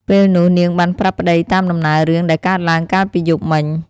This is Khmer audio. ពេលនោះនាងបានប្រាប់ប្ដីតាមដំណើររឿងដែលកើតឡើងកាលពីយប់មិញ។